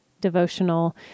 devotional